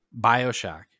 Bioshock